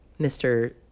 Mr